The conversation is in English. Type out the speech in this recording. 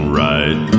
right